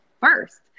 first